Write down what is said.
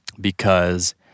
because-